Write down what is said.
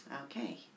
Okay